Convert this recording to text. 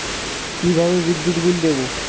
কিভাবে বিদ্যুৎ বিল দেবো?